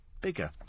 bigger